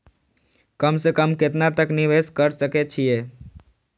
कम से कम केतना तक निवेश कर सके छी ए?